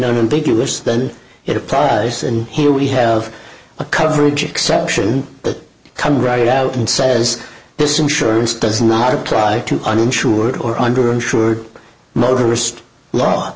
then it applies and here we have a coverage exception that come right out and says this insurance does not apply to uninsured or under insured motorist law